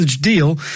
deal